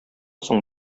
соң